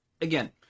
Again